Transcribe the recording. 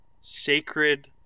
sacred